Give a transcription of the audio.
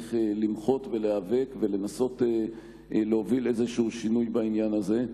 צריך למחות עליו ולהיאבק ולנסות להוביל שינוי בעניין הזה.